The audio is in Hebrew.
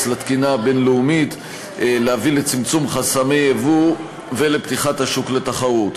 לתקינה הבין-לאומית ולהביא לצמצום חסמי ייבוא ולפתיחת השוק לתחרות.